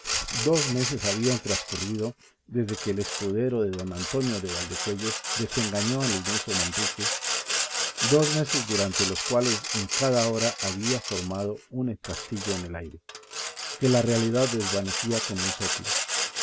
dos meses habían transcurrido desde que el escudero de don antonio de valdecuellos desengañó al iluso manrique dos meses durante los cuales en cada hora había formado un castillo en el aire que la realidad desvanecía con un soplo